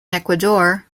ecuador